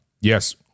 yes